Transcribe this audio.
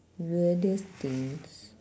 weirdest things